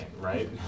right